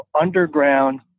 underground